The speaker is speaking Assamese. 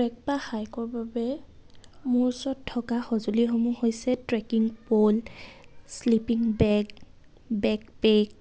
ট্ৰেক বা হাইকৰ বাবে মোৰ ওচৰত থকা সঁজুলিসমূহ হৈছে trekking pole sleeping bag backpack